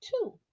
two